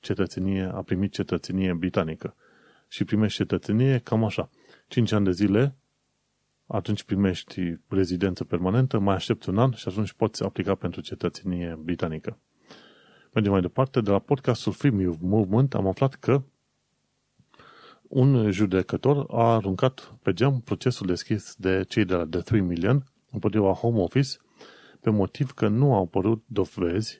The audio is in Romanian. cetățenie- a primit cetățenie britanică. Și primești cetățenie cam așa. Cinci ani de zile, atunci primești rezidență permanentă, mai aștepți un an și atunci poți aplica pentru cetățenie britanică. Mergem mai departe. De la podcastul Free Movement am aflat că un judecător a aruncat pe geam procesul deschis de cei de la The 3 Million împotriva Home Office pe motiv că nu au apărut dovezi